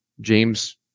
James